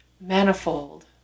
manifold